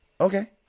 Okay